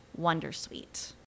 Wondersuite